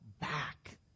back